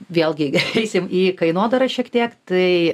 vėlgi eisim į kainodarą šiek tiek tai